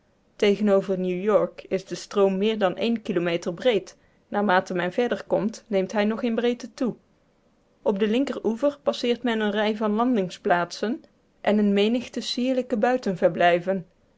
tegenover new-york is de stroom meer dan één kilometer breed naarmate men verder komt neemt hij nog in breedte toe op den linkeroever passeert men eene rij van landingsplaatsen en een menigte sierlijke